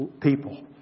people